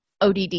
ODD